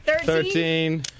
Thirteen